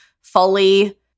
fully